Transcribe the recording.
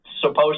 Supposed